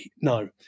no